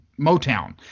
Motown